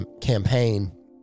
campaign